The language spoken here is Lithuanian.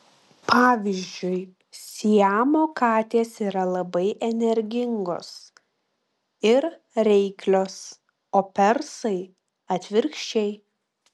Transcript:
pavyzdžiui siamo katės yra labai energingos ir reiklios o persai atvirkščiai